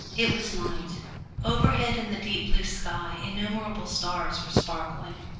it was night overhead in the deep blue sky innumerable stars were sparkling,